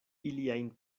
iliajn